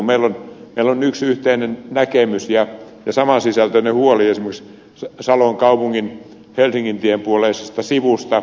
meillä on yksi yhteinen näkemys ja saman sisältöinen huoli esimerkiksi salon kaupungin helsingintien puoleisesta sivusta